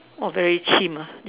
!wah! very chim ah